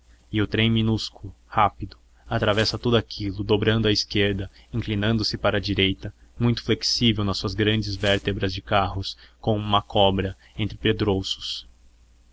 e o trem minúsculo rápido atravessa tudo aquilo dobrando à esquerda inclinando-se para a direita muito flexível nas suas grandes vértebras de carros como uma cobra entre pedrouços